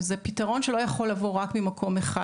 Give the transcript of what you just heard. וזה פתרון שלא יכול לבוא רק ממקום אחד,